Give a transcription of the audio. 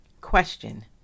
Question